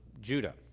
Judah